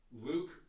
Luke